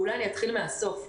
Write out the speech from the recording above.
אולי אתחיל מן הסוף: